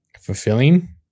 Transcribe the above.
fulfilling